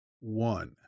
one